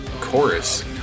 chorus